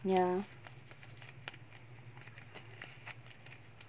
ya